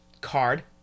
card